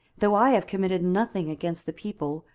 though i have committed nothing against the people,